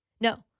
No